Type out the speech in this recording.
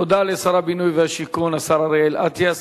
תודה לשר הבינוי והשיכון, השר אריאל אטיאס.